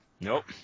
nope